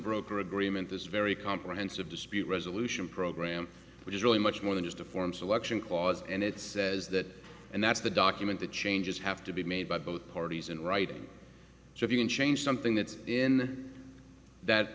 broker agreement is very comprehensive dispute resolution program which is really much more than just a form selection clause and it says that and that's the document the changes have to be made by both parties in writing so if you can change something that's in that